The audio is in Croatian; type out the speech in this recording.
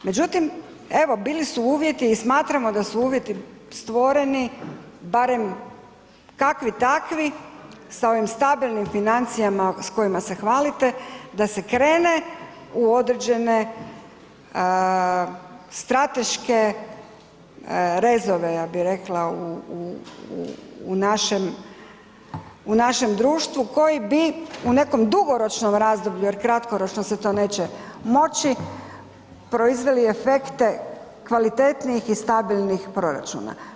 Međutim, evo bili su uvjeti i smatramo da su uvjeti stvoreni barem kakvi takvi s ovim stabilnim financijama s kojima se hvalite da se krene u određene strateške rezove ja bi rekla u našem, u našem društvu koji bi u nekom dugoročnom razdoblju, jer kratkoročno se to neće moći proizveli efekte kvalitetnijih i stabilnih proračuna.